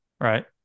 Right